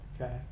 Okay